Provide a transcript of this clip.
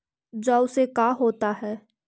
जौ से का होता है?